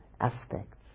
aspects